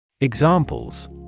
Examples